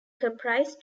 comprise